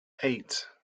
eight